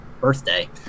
birthday